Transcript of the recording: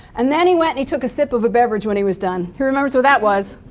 and then he went and took a sip of a beverage when he was done. who remembers what that was?